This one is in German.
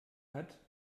hat